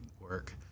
work